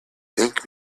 think